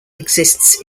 exists